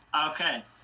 Okay